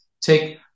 Take